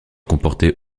comporter